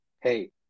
hey